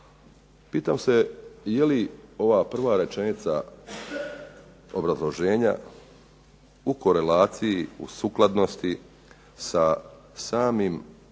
Pitam se je li ova prva rečenica obrazloženja u korelaciji, u sukladnosti sa samim